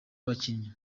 abakinnyi